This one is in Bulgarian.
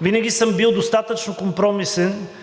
Винаги съм бил достатъчно компромисен